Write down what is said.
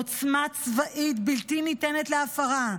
עוצמה צבאית בלתי ניתנת להפרה,